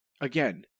again